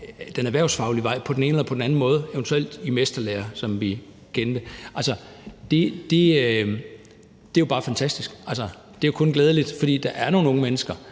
den erhvervsfaglige vej på den ene eller på den anden måde, eventuelt i den mesterlære, som vi kendte, jo bare er fantastisk. Altså, det er jo kun glædeligt, fordi der er nogle unge mennesker,